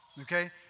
okay